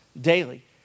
daily